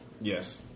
Yes